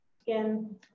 Again